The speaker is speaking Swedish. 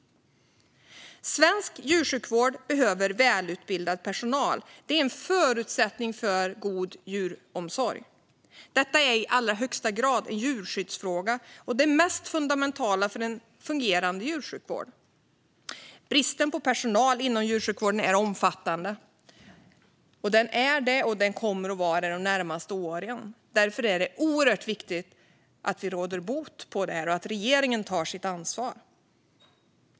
Svensk djursjukvård behöver välutbildad personal. Det är en förutsättning för god djuromsorg. Detta är i allra högsta grad en djurskyddsfråga och det mest fundamentala för en fungerande djursjukvård. Bristen på personal inom djursjukvården är omfattande och kommer att vara det de närmaste åren. Därför är det oerhört viktigt att vi råder bot på det här och att regeringen tar sitt ansvar.